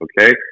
Okay